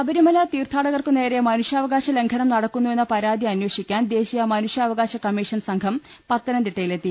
ശബരിമല തീർത്ഥാടകർക്കുനേരെ മനുഷ്യാവകാശ ലംഘനം നടക്കുന്നുവെന്ന പരാതി അന്വേഷിക്കാൻ ദേശീയ മനുഷ്യാവകാശ കമ്മീഷൻ സംഘം പത്തനംതിട്ടയിലെത്തി